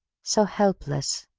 so helpless,